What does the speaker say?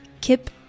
kip